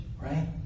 right